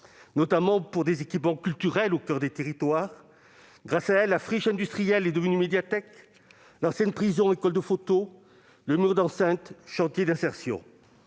notamment pour des équipements culturels au coeur des territoires. Grâce à elle, la friche industrielle est devenue médiathèque ; l'ancienne prison, école de photo ; le mur d'enceinte, chantier d'insertion.